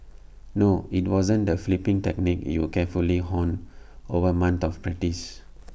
no IT wasn't the flipping technique you carefully honed over months of practice